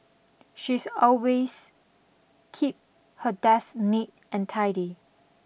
she's always keep her desk neat and tidy